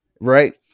Right